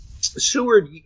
Seward